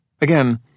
again